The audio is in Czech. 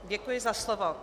Děkuji za slovo.